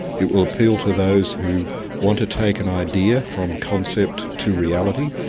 it will appeal to those who want to take an idea from concept to reality,